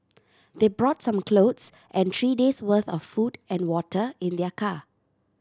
they brought some clothes and three days' worth of food and water in their car